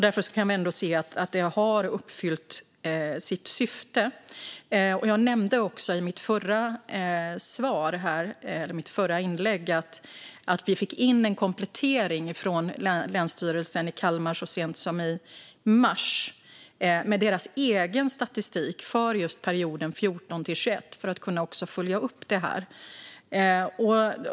Därför kan man ändå se att detta har uppfyllt sitt syfte. Jag nämnde också i mitt förra inlägg att vi fick in en komplettering från Länsstyrelsen i Kalmar län så sent som i mars med deras egen statistik för just perioden 2014-2021 - detta för att kunna följa upp det här.